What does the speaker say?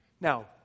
Now